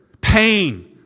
Pain